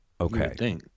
okay